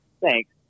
Thanks